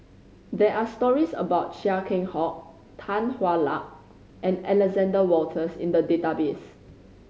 there are stories about Chia Keng Hock Tan Hwa Luck and Alexander Wolters in the database